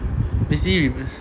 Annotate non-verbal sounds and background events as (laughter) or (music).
(noise)